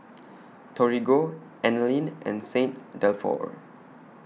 Torigo Anlene and Saint Dalfour